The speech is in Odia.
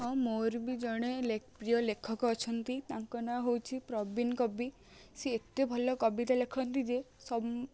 ହଁ ମୋର ବି ଜଣେ ଲେ ପ୍ରିୟ ଲେଖକ ଅଛନ୍ତି ତାଙ୍କ ନାଁ ହଉଛି ପ୍ରବୀନ କବି ସିଏ ଏତେ ଭଲ କବିତା ଲେଖନ୍ତି ଯେ ସମ